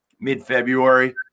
mid-February